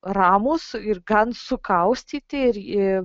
ramūs ir gan sukaustyti ir į